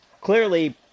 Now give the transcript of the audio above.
clearly